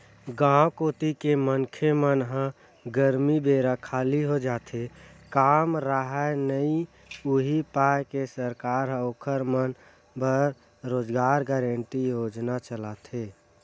गाँव कोती के मनखे मन ह गरमी बेरा खाली हो जाथे काम राहय नइ उहीं पाय के सरकार ह ओखर मन बर रोजगार गांरटी योजना चलाथे